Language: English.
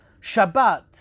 Shabbat